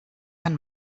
han